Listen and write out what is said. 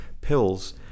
pills